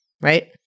right